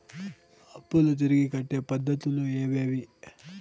అప్పులు తిరిగి కట్టే పద్ధతులు ఏవేవి